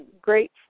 great